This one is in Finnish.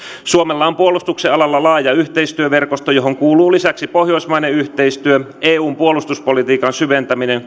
suomella on puolustuksen alalla laaja yhteistyöverkosto johon kuuluu lisäksi pohjoismainen yhteistyö eun puolustuspolitiikan syventäminen